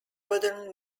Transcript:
wooden